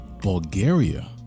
Bulgaria